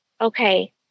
okay